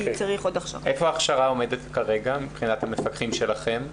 איפה עומדת ההכשרה כרגע מבחינת המפקחים שלכם?